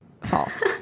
false